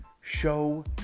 show